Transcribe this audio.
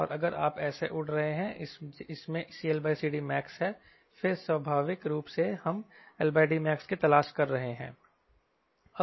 और अगर आप ऐसे उड़ रहे हैं इसमें CLCD max है फिर स्वाभाविक रूप से हम LDmax की तलाश कर रहे हैं